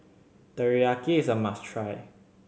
teriyaki is a must try